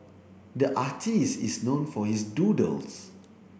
the artist is known for his doodles